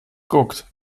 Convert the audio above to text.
guckt